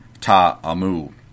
Ta'amu